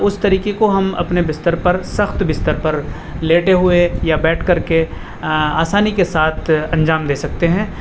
اس طرقے کو ہم اپنے بستر پر سخت بستر پر لیٹے ہوئے یا بیٹھ کر کے آسانی کے ساتھ انجام دے سکتے ہیں